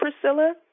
Priscilla